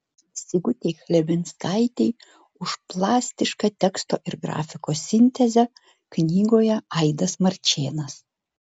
sigutei chlebinskaitei už plastišką teksto ir grafikos sintezę knygoje aidas marčėnas